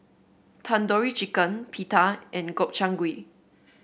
Tandoori Chicken Pita and Gobchang Gui